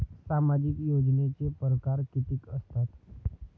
सामाजिक योजनेचे परकार कितीक असतात?